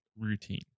routine